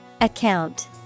Account